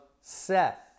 Seth